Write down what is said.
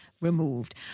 removed